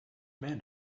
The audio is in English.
men